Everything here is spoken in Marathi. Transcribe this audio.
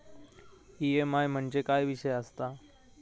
ई.एम.आय म्हणजे काय विषय आसता?